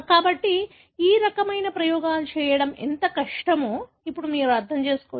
కాబట్టి ఈ రకమైన ప్రయోగాలు చేయడం ఎంత కష్టమో ఇప్పుడు మీరు అర్థం చేసుకోవచ్చు